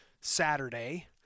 Saturday